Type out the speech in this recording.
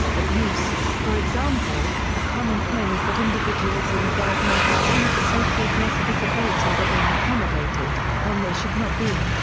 abuse for example, a common claim is that individuals who are diagnosed with one of the so-called lesser disabilities are being accommodated when they should not be.